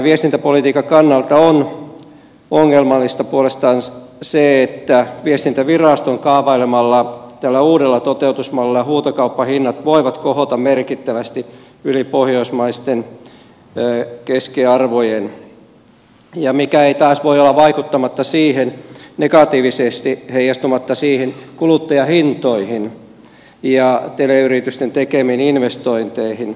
viestintäpolitiikan kannalta on ongelmallista puolestaan se että viestintäviraston kaavailemalla uudella toteutusmallilla huutokauppahinnat voivat kohota merkittävästi yli pohjoismaisten keskiarvojen mikä taas ei voi olla vaikuttamatta negatiivisesti heijastumalla kuluttajahintoihin ja teleyritysten tekemiin investointeihin